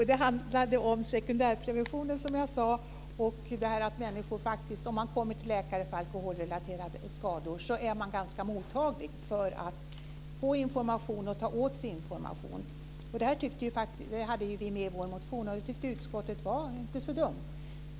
Fru talman! Den andra frågan handlade om sekundärprevention. De människor som kommer till läkare för alkoholrelaterade skador är ganska mottagliga för information och för att ta åt sig den, vilket vi skrev i vår motion. Utskottet tyckte att det inte var så dumt.